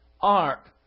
ark